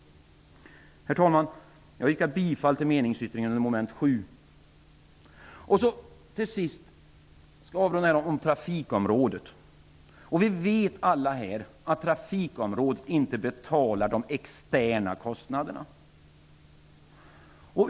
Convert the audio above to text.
Jag yrkar bifall till meningsyttringen under mom. 7. Vi vet alla här att trafikområdet inte betalar de externa kostnaderna.